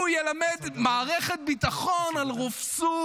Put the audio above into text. הוא ילמד את מערכת הביטחון על רופסות?